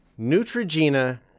Neutrogena